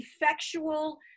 effectual